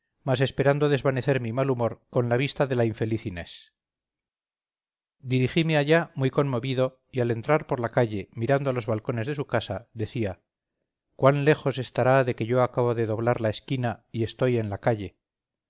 mas esperando desvanecer mi mal humor con la vista de la infeliz inés dirigime allá muy conmovido y al entrar por la calle mirando a los balcones de su casa decía cuán lejos estará de que yo acabo de doblar la esquina y estoy en la calle